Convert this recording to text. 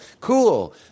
Cool